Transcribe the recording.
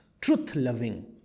truth-loving